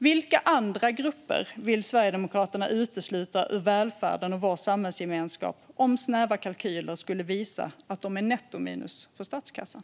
Vilka andra grupper vill Sverigedemokraterna utesluta ur välfärden och vår samhällsgemenskap om snäva kalkyler skulle visa att de är nettominus för statskassan?